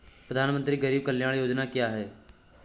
प्रधानमंत्री गरीब कल्याण योजना क्या है?